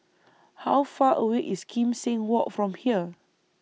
How Far away IS Kim Seng Walk from here